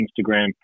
Instagram